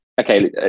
okay